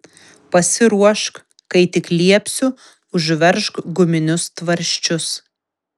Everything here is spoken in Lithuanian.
pasiruošk kai tik liepsiu užveržk guminius tvarsčius